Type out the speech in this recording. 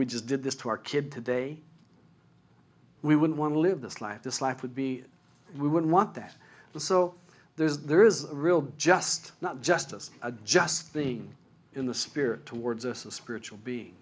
we just did this to our kid today we wouldn't want to live this life this life would be we wouldn't want that and so there is there is a real just not just as a just being in the spirit towards us as spiritual be